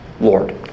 Lord